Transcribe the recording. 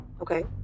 okay